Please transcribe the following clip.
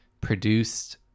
produced